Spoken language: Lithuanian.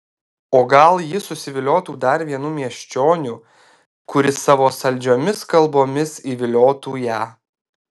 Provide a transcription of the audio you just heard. o gal ji susiviliotų dar vienu miesčioniu kuris savo saldžiomis kalbomis įviliotų ją